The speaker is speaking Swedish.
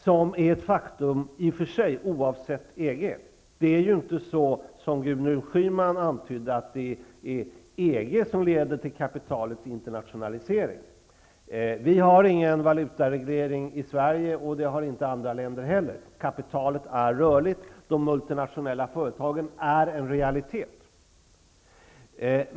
Det är ett faktum -- oavsett EG. Det är inte så som Gudrun Schyman antydde, nämligen att det är EG som leder till kapitalets internationalisering. Vi i Sverige har ingen valutareglering, och det har man inte i andra länder heller. Kapitalet är rörligt. De multinationella företagen är en realitet.